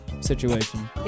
situation